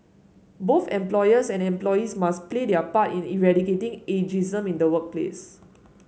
both employers and employees must play their part in eradicating ageism in the workplace